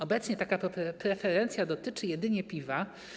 Obecnie taka preferencja dotyczy jedynie piwa.